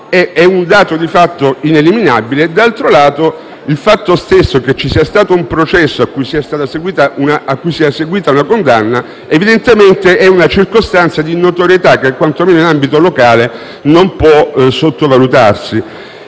di un fatto ineliminabile. Allo stesso tempo, il fatto che ci sia stato un processo a cui è seguita una condanna evidentemente è una circostanza di notorietà che, quanto meno in ambito locale, non può sottovalutarsi.